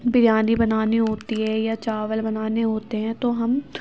بریانی بنانی ہوتی ہے یا چاول بنانے ہوتے ہیں تو ہم